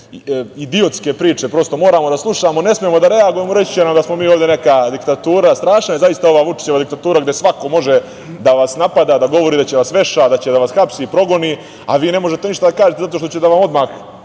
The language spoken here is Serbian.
idiotske priče, prosto, moramo da slušamo, ne smemo da reagujemo, reći će nam da smo mi ovde neka diktatura. Strašna je ova Vučićeva diktatura gde svako može da vas napada, da govori da će da vas veša, hapsi, progoni, a vi ne možete ništa da kažete zato što će odmah